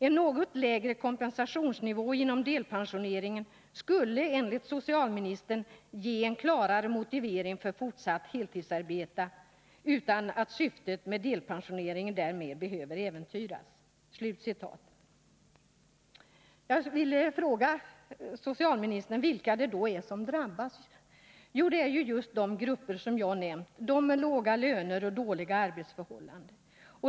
En något lägre kompensationsnivå inom delpensioneringen skulle enligt socialministern ge en klarare motivering för fortsatt heltidsarbete utan att syftet med delpensioneringen därmed behöver äventyras.” Jag vill fråga socialministern vilka det då är som drabbas. Jo, det är just de grupper jag nämnt: de med låga löner och dåliga arbetsförhållanden.